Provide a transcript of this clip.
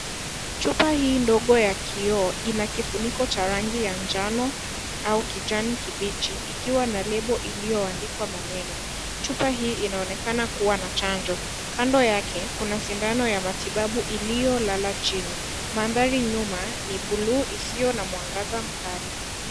Chupa hii ndogo ya kioo ina kifuniko cha rangi ya manjano au kijani kibichi ikiwa na lebo iliyoandikwa maneno. Chupa hii inaonekana kuwa na chanjo. Kando yake kuna sindano ya matibabu iliyolala chini. Maanthari nyuma ni buluu isiyo na mwangaza mkali.